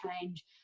change